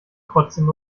trotzdem